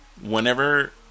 Whenever